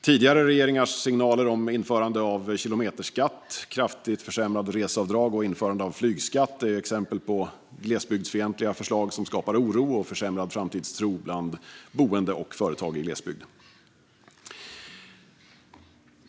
Tidigare regeringars signaler om införande av kilometerskatt, kraftigt försämrade reseavdrag och införande av flygskatt är exempel på glesbygdsfientliga förslag som skapar oro och försämrad framtidstro bland boende och företag i glesbygd.